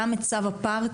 גם את צו הפארקים,